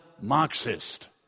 Marxist